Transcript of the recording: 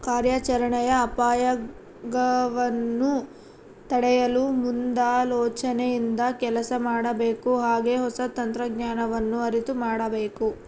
ಕಾರ್ಯಾಚರಣೆಯ ಅಪಾಯಗವನ್ನು ತಡೆಯಲು ಮುಂದಾಲೋಚನೆಯಿಂದ ಕೆಲಸ ಮಾಡಬೇಕು ಹಾಗೆ ಹೊಸ ತಂತ್ರಜ್ಞಾನವನ್ನು ಅರಿತು ಮಾಡಬೇಕು